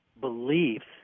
beliefs